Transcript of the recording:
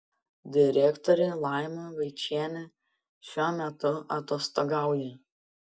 direktorė laima vaičienė šiuo metu atostogauja